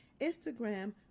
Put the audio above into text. Instagram